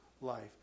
life